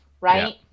right